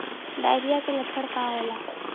Diarrhoea के लक्षण का होला?